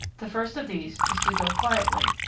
the first of these is to go quietly.